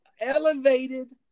elevated